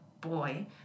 boy